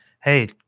Hey